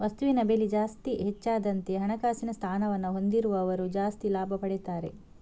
ವಸ್ತುವಿನ ಬೆಲೆ ಜಾಸ್ತಿ ಹೆಚ್ಚಾದಂತೆ ಹಣಕಾಸಿನ ಸ್ಥಾನವನ್ನ ಹೊಂದಿದವರು ಜಾಸ್ತಿ ಲಾಭ ಪಡೆಯುತ್ತಾರೆ